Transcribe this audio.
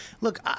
look-